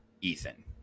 Ethan